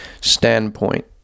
standpoint